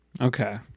okay